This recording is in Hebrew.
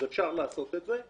אז אפשר לעשות את זה.